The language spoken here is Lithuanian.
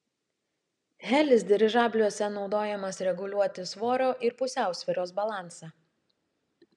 helis dirižabliuose naudojamas reguliuoti svorio ir pusiausvyros balansą